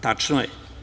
Tačno je.